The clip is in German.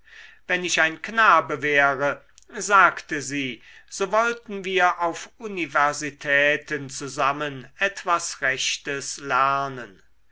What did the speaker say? wenn ich ein knabe wäre sagte sie so wollten wir auf universitäten zusammen etwas rechtes lernen